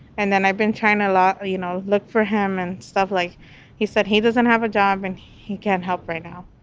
and then i've been trying to you know look for him and stuff like he said, he doesn't have a job and he can't help right now